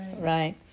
right